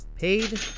paid